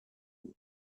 fous